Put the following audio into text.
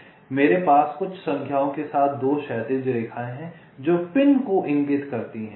इसलिए मेरे पास कुछ संख्याओं के साथ 2 क्षैतिज रेखाएं हैं जो पिन को इंगित करती हैं